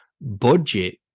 budget